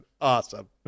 awesome